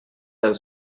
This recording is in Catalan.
del